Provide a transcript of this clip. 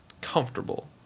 comfortable